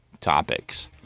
topics